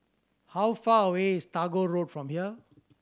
how far away is Tagore Road from here